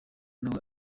nawe